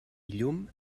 llum